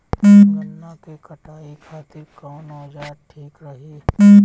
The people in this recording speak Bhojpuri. गन्ना के कटाई खातिर कवन औजार ठीक रही?